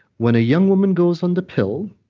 when a young woman goes on the pill,